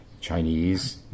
Chinese